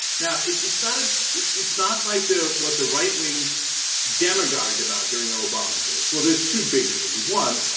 now, it's not ah it's not like the what the right wing demagogued about during the obama days. well, there's two big differences. one,